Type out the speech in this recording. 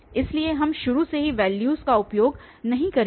इसलिए हम शुरू से ही वैल्यूस का उपयोग नहीं करेंगे